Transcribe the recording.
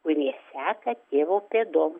kurie seka tėvo pėdom